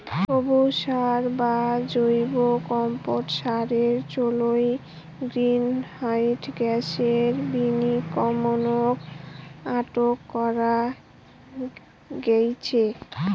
সবুজ সার বা জৈব কম্পোট সারের চইল গ্রীনহাউস গ্যাসের বিনির্গমনক আটক করা গেইচে